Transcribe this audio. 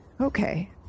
Okay